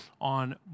on